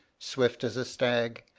swift as a stag,